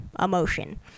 emotion